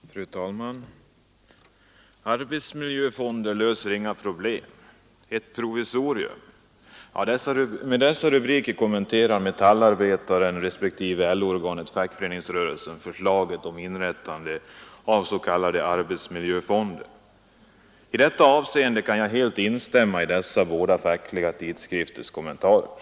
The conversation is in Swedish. Fru talman! ”Arbetsmiljöfonder löser inga problem” — ”Ett provisorium” — med dessa rubriker kommenterar Metallarbetaren respektive LO-organet Fackföreningsrörelsen förslaget om inrättande av s.k. arbetsmiljöfonder. I det avseendet kan jag helt instämma i dessa båda fackliga tidskrifters kommentarer.